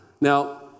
now